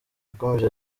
yakomeje